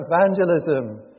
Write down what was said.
evangelism